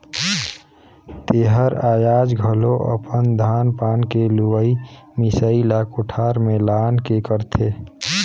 तेहर आयाज घलो अपन धान पान के लुवई मिसई ला कोठार में लान के करथे